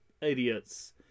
idiots